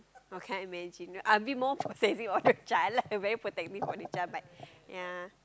I can't imagine I will be more protective of the child I very protective of the child but ya